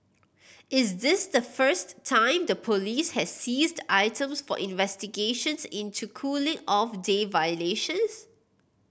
is this the first time the police has seized items for investigations into cooling off day violations